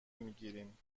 میگیریم